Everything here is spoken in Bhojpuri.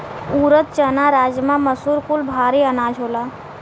ऊरद, चना, राजमा, मसूर कुल भारी अनाज होला